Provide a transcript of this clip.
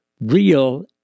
real